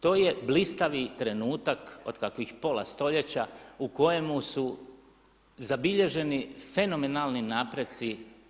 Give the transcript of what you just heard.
To je blistavi trenutak od kakvih pola stoljeća u kojemu su zabilježeni fenomenalnih napreci.